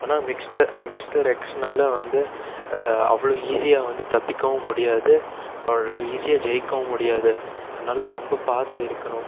ஆனால் மிக்ஸ்ட மிஸ்டர் எக்ஸ்னால் வந்து அவ்வளோ ஈஸியாக வந்து தப்பிக்கவும் முடியாது அவ்வளோ ஈஸியாக ஜெயிக்கவும் முடியாது அதனால ரொம்ப பார்த்து இருக்கணும்